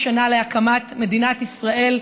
70 שנה להקמת מדינת ישראל,